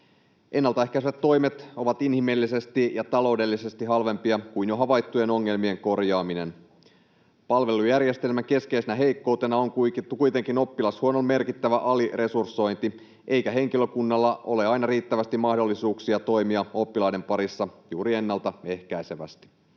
Ennaltaehkäisevät toimet ovat inhimillisesti ja taloudellisesti halvempia kuin jo havaittujen ongelmien korjaaminen. Palvelujärjestelmän keskeisenä heikkoutena on kuitenkin oppilashuollon merkittävä aliresursointi, eikä henkilökunnalla ole aina riittävästi mahdollisuuksia toimia oppilaiden parissa juuri ennalta ehkäisevästi.